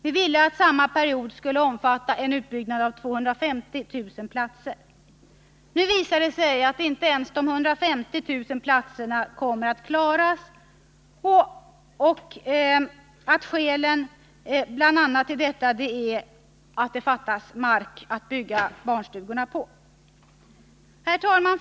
Vi ville att det under samma period skulle byggas 250 000 platser. Nu visar det sig att inte ens de 150 000 platserna kommer att klaras, och ett av skälen är att det fattas mark att bygga barnstugorna på. Herr talman!